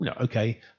okay